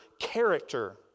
character